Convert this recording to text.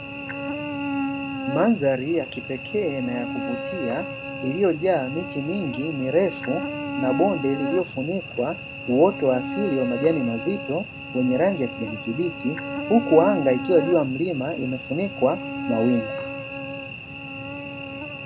Mandhari ya kipekee na yakuvutia iliyojaa miti mingi na mirefu, na bonde lililofunikwa na uoto wa asili wa majani mazito lenye rangi ya kijani kibichi huku anga likiwa juu ya milima imefunikwa na mawingu.